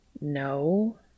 No